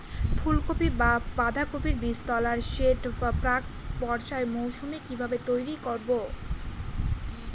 ফুলকপি বা বাঁধাকপির বীজতলার সেট প্রাক বর্ষার মৌসুমে কিভাবে তৈরি করব?